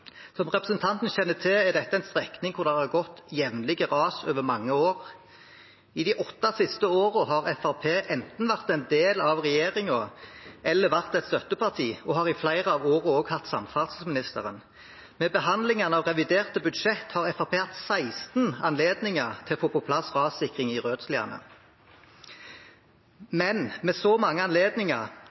Som representanten Halleland kjenner til, er dette en strekning hvor det jevnlig har gått ras, over mange år. I de åtte siste årene har Fremskrittspartiet enten vært en del av regjeringen eller vært et støtteparti og har i flere av årene også hatt samferdselsministeren. Med behandlingene av revidert budsjett har Fremskrittspartiet hatt 16 anledninger til å få på plass rassikring i Rødsliane. Med så mange anledninger,